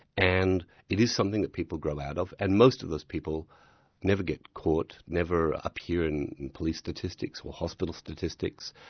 and it is something that people grow out of and most of those people never get caught, never appear in police statistics or hospital statistics.